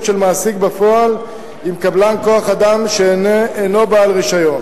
של מעסיק בפועל עם קבלן כוח-אדם שאינו בעל רשיון.